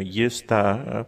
jis tą